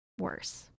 worse